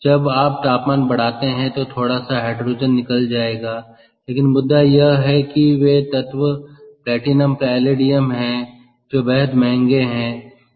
जब आप तापमान बढ़ाते हैं तो थोड़ा सा हाइड्रोजन निकल जाएगा लेकिन मुद्दा यह है कि वे तत्व प्लैटिनम पैलेडियम हैं जो बेहद महंगे हैं